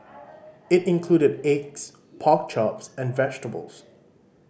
it included eggs pork chops and vegetables